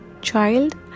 child